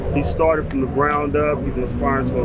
he started from the ground up. he's inspiring